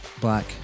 black